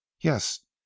yes